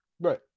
Right